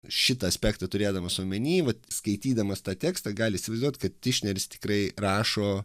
šitą aspektą turėdamas omeny vat skaitydamas tą tekstą gali įsivaizduot kad tišneris tikrai rašo